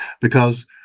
Because-